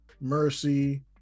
mercy